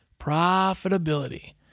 Profitability